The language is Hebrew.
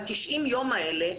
ב-90 הימים האלה,